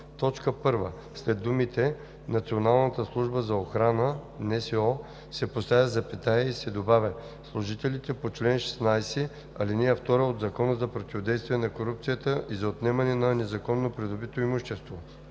1: a) в т. 1 след думите „Националната служба за охрана (НСО)“ се поставя запетая и се добавя „служителите по чл. 16, ал. 2 от Закона за противодействие на корупцията и за отнемане на незаконно придобитото имущество“;